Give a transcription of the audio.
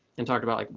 and talked about like,